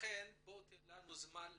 לכן בוא תן לנו זמן לנסות.